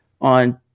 on